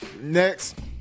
next